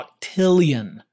octillion